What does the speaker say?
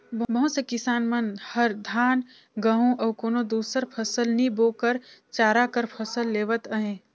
बहुत से किसान मन हर धान, गहूँ अउ कोनो दुसर फसल नी बो कर चारा कर फसल लेवत अहे